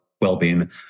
well-being